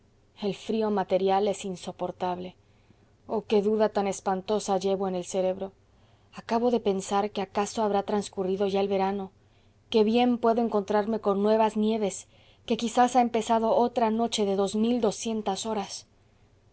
el frío material es insoportable oh qué duda tan espantosa llevo en el cerebro acabo de pensar que acaso habrá transcurrido ya el verano que bien puedo encontrarme con nuevas nieves que quizás ha empezado otra noche de dos mil doscientas horas